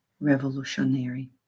revolutionary